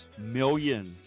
millions